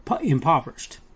impoverished